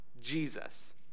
Jesus